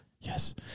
yes